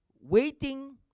waiting